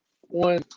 one